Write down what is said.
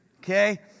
okay